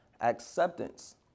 acceptance